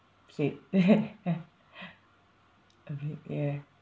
said ya agreed ya